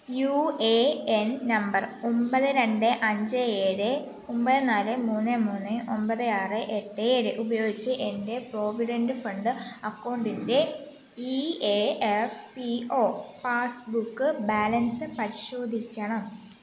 U A N number ഒമ്പത് രണ്ട് അഞ്ച് ഏഴ് ഒമ്പത് നാല് മൂന്ന് മൂന്ന് ഒമ്പത് ആറ് എട്ട് ഏഴ് ഉപയോഗിച്ച് എന്റെ പ്രൊവിഡന്റ് ഫണ്ട് അക്കൗണ്ടിൻ്റെ E A F P O passbook balance പരിശോധിക്കണം